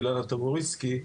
אילנה תבוריסקי,